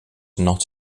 not